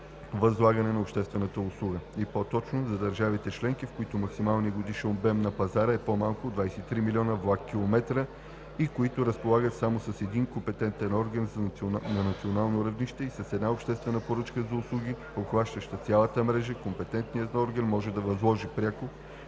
възлагане на обществената услуга. И по-точно за държави членки, в които максималният годишен обем на пазара е по-малко от 23 милиона влак-километра и които разполагат само с един компетентен орган на национално равнище и с една обществена поръчка за услуги, обхващаща цялата мрежа, компетентният орган може да възложи пряко